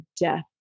death